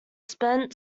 spent